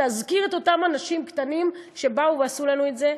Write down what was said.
להזכיר את אותם אנשים קטנים שבאו ועשו לנו את זה,